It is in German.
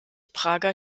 prager